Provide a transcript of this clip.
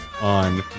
on